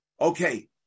okay